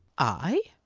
i,